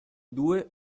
due